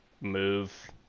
move